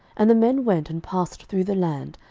and the men went and passed through the land,